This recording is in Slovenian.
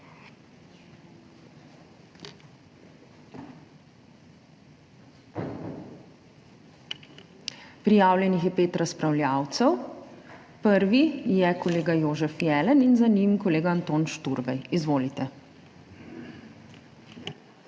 Prijavljenih je pet razpravljavcev, prvi je kolega Jožef Jelen in za njim kolega Anton Šturbej. Izvolite.